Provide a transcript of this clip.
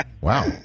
Wow